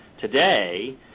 today